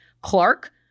Clark